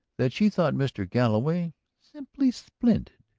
that she thought mr. galloway simply splendid!